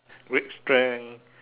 great strength